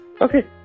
Okay